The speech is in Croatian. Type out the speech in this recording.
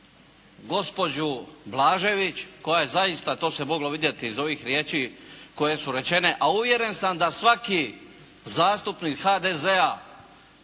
gospođu Blažević koja je zaista, to se moglo vidjeti iz ovih riječi koje su rečene. A uvjeren sam da svaki zastupnik HDZ-a